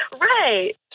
Right